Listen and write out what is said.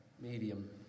medium